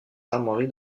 armoiries